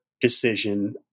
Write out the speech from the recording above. decision